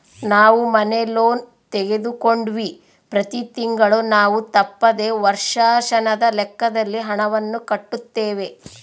ನಾವು ಮನೆ ಲೋನ್ ತೆಗೆದುಕೊಂಡಿವ್ವಿ, ಪ್ರತಿ ತಿಂಗಳು ನಾವು ತಪ್ಪದೆ ವರ್ಷಾಶನದ ಲೆಕ್ಕದಲ್ಲಿ ಹಣವನ್ನು ಕಟ್ಟುತ್ತೇವೆ